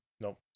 Nope